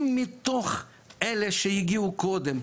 אם מתוך אלו שהגיעו קודם,